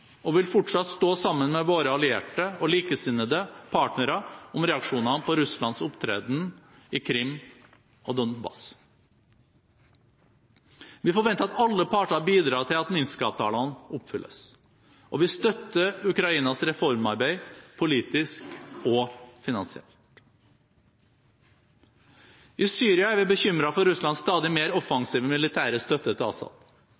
og vil fortsatt stå sammen med våre allierte og likesinnede partnere om reaksjonene på Russlands opptreden i Krim og Donbass. Vi forventer at alle parter bidrar til at Minsk-avtalene oppfylles. Og vi støtter Ukrainas reformarbeid politisk og finansielt. I Syria er vi bekymret for Russlands stadig mer offensive militære støtte til